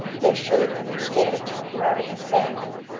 they should, in their state of temporary insanity,